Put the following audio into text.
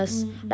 mm